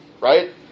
Right